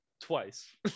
twice